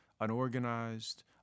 Unorganized